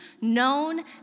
known